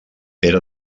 pere